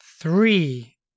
three